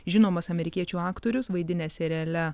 žinomas amerikiečių aktorius vaidinęs seriale